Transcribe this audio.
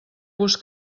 vos